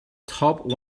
top